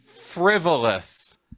frivolous